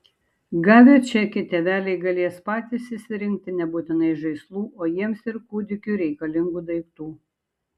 gavę čekį tėveliai galės patys išsirinkti nebūtinai žaislų o jiems ir kūdikiui reikalingų daiktų